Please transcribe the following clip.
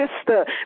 sister